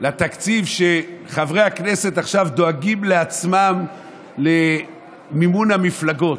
לתקציב שחברי הכנסת עכשיו דואגים לעצמם למימון המפלגות.